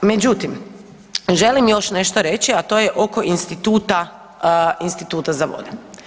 Međutim, želim još nešto reći, a to je oko instituta za vode.